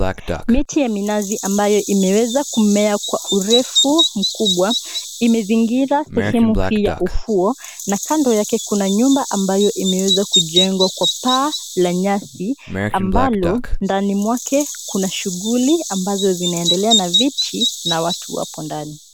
Miti ya minazi ambayo imeweza kumea kwa urefu mkubwa imezingira sehemu hii ya ufuo na kando yake kuna nyumba ambayo imeweza kujengwa kwa paa la nyasi ambalo ndani mwake kuna shughuli ambazo zinaendelea na viti na watu hapo ndani.